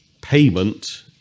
payment